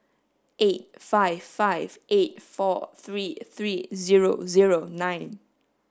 eight five five eight four three three zero zero nine